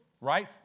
Right